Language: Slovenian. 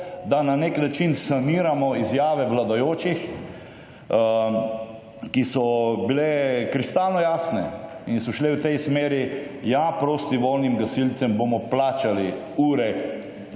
da neki način saniramo izjave vladajočih, ki so bile kristalno jasne in so šle v tej smeri ja, prostovoljnim gasilcem bomo plačali ure,